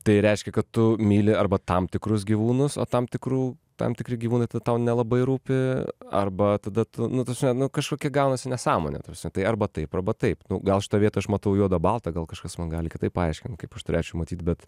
tai reiškia kad tu myli arba tam tikrus gyvūnus o tam tikrų tam tikri gyvūnai tau nelabai rūpi arba tada tu nu ta prasme nu kažkokia gaunasi nesąmonė ta prasme tai arba taip arba taip nu gal šitoj vietoj aš matau juodą baltą gal kažkas man gali kitaip paaiškint kaip aš turėčiau matyt bet